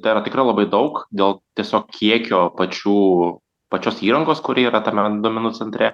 tai yra tikrai labai daug dėl tiesiog kiekio pačių pačios įrangos kuri yra tame duomenų centre